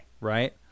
Right